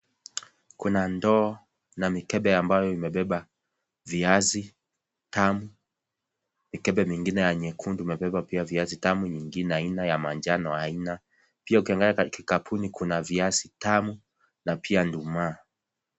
Kuna ndoo na mikebe ambayo imebeba viazi tamu, mikebe mingine ya nyekundu imebeba pia viazi tamu nyingine haina ya manjano haina. Pia ukiangalia katika kapuni kuna viazi tamu, na pia nduma .